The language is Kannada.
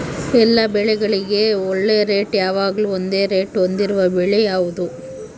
ಎಲ್ಲ ಬೆಳೆಗಳಿಗೆ ಒಳ್ಳೆ ರೇಟ್ ಯಾವಾಗ್ಲೂ ಒಂದೇ ರೇಟ್ ಹೊಂದಿರುವ ಬೆಳೆ ಯಾವುದು?